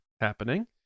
happening